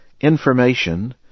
information